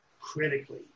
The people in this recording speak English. critically